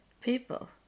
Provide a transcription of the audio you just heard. people